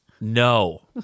No